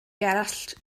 gerallt